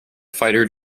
fighter